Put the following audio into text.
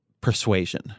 persuasion